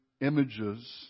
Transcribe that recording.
images